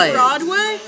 Broadway